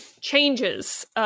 changes